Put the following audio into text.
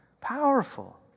Powerful